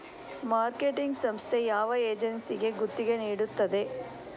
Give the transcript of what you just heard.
Marketing ಸಂಸ್ಥೆ ಯಾವ ಏಜೆನ್ಸಿಗೆ ಗುತ್ತಿಗೆ ನೀಡುತ್ತದೆ?